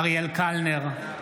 אריאל קלנר,